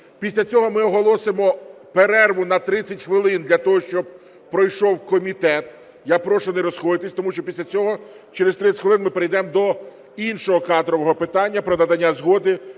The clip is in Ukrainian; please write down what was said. Після цього ми оголосимо перерву на 30 хвилин для того, щоб пройшов комітет. Я прошу не розходитися, тому що після цього через 30 хвилин ми перейдемо до іншого кадрового питання – про надання згоди